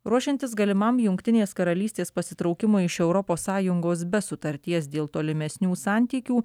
ruošiantis galimam jungtinės karalystės pasitraukimui iš europos sąjungos be sutarties dėl tolimesnių santykių